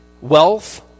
Wealth